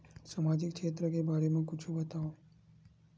सामजिक क्षेत्र के बारे मा कुछु बतावव?